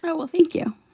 but well, thank you